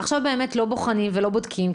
עכשיו באמת לא בוחנים ולא בודקים,